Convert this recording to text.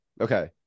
okay